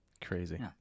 Crazy